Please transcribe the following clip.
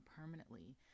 permanently